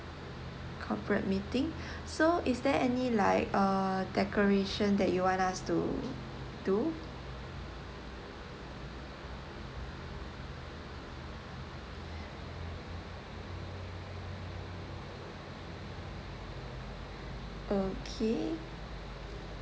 corporate meeting so is there any like a decoration that you want us to do okay